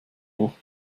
hoch